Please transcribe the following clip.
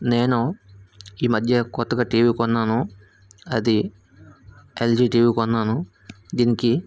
నేను ఈ మధ్య కొత్తగా టీవీ కొన్నాను అది ఎల్జీ టీవీ కొన్నాను దీనికి